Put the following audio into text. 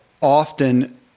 often